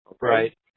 Right